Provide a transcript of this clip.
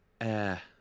air